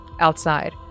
outside